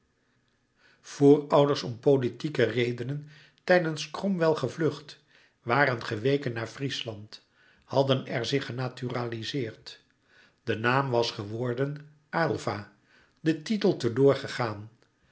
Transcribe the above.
voorouders om politieke redenen tijdens cromwell gevlucht waren geweken naar friesland hadden er zich genaturalizeerd de naam was geworden aylva de titel te